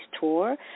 tour